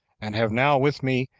and have now with me,